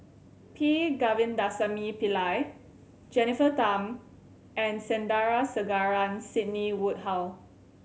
P Govindasamy Pillai Jennifer Tham and Sandrasegaran Sidney Woodhull